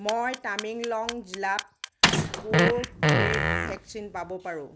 মই টামেংলং জিলাত ক'ত পে'ইড ভেকচিন পাব পাৰোঁ